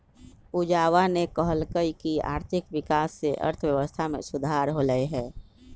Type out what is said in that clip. पूजावा ने कहल कई की आर्थिक विकास से अर्थव्यवस्था में सुधार होलय है